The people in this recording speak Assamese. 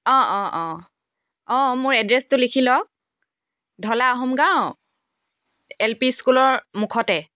অঁ অঁ অঁ অঁ মোৰ এড্ৰেছটো লিখি লওক ধলা আহোম গাঁও এল পি স্কুলৰ মুখতে